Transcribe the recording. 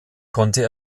konnte